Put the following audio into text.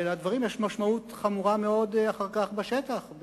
ולדברים יש משמעות חמורה מאוד אחר כך בשטח.